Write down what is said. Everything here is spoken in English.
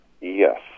yes